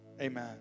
Amen